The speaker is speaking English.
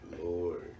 Lord